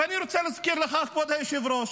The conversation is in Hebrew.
ואני רוצה להזכיר לך, אדוני היושב-ראש,